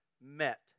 met